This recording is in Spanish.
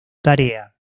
tarea